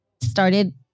started